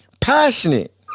passionate